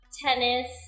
tennis